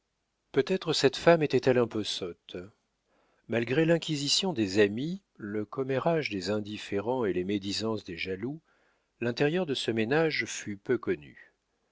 peut-être cette femme était-elle un peu sotte malgré l'inquisition des amis le commérage des indifférents et les médisances des jaloux l'intérieur de ce ménage fut peu connu